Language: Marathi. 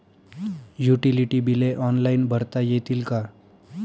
युटिलिटी बिले ऑनलाईन भरता येतील का?